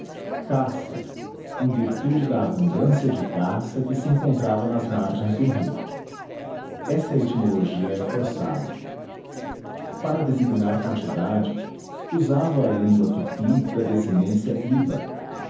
caça em virtude da abundância de caça que se encontrava nas margens do rio essa etimologia é forçada para designar quantidade usava a língua tupi da desinência iba